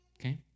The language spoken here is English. okay